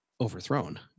overthrown